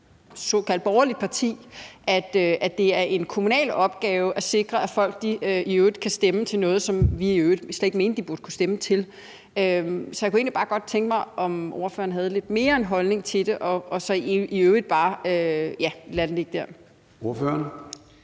såkaldt borgerligt parti mener, at det er en kommunal opgave at sikre, at folk kan stemme til noget, som vi i øvrigt slet ikke mener de burde kunne stemme til. Så jeg kunne egentlig bare godt tænke mig at høre, om ordføreren lidt mere havde en holdning til det, og så vil jeg i øvrigt bare lade den ligge der. Kl.